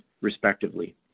respectively